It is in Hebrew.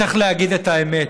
צריך להגיד את האמת: